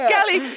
Kelly